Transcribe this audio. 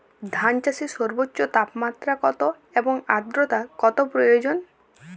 ধান চাষে সর্বোচ্চ তাপমাত্রা কত এবং আর্দ্রতা কত প্রয়োজন?